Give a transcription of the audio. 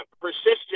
persistent